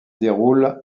déroule